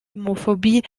homophobie